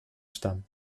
stammen